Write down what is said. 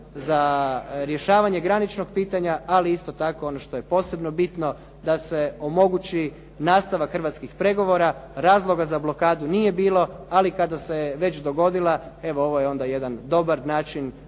za rješavanje graničnog pitanja, ali isto tako ono što je posebno bitno, da se omogući nastavak hrvatskih pregovora, razloga za blokadu nije bilo, ali kada se već dogodila, evo ovo je jedan dobar način